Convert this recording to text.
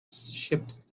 shipped